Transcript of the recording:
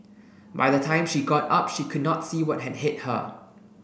by the time she got up she could not see what had hit her